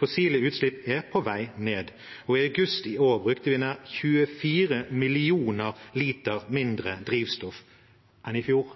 Fossile utslipp er på vei ned. I august i år brukte vi nær 24 millioner liter mindre drivstoff enn i fjor,